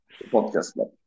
podcast